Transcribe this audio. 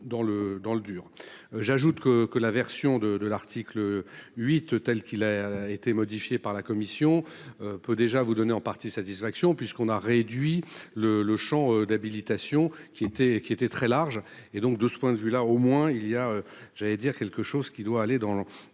J'ajoute que que la version de de l'article 8 telle qu'il a été modifié par la commission. Peut déjà vous donner en partie satisfaction puisqu'on a réduit le le Champ d'habilitation qui était, qui était très large et donc de ce point de vue là au moins il y a, j'allais dire quelque chose qui doit aller dans le,